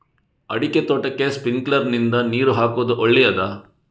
ಅಡಿಕೆ ತೋಟಕ್ಕೆ ಸ್ಪ್ರಿಂಕ್ಲರ್ ನಿಂದ ನೀರು ಹಾಕುವುದು ಒಳ್ಳೆಯದ?